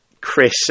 Chris